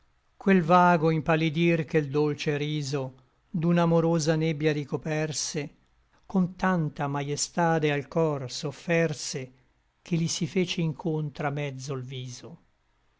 quel vago impallidir che l dolce riso d'un'amorosa nebbia ricoperse con tanta maiestade al cor s'offerse che li si fece incontr'a mezzo l viso